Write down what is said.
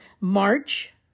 March